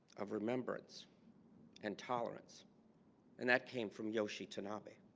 of remembrance and tolerance and that came from yoshi to nobby